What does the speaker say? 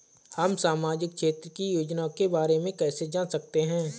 हम सामाजिक क्षेत्र की योजनाओं के बारे में कैसे जान सकते हैं?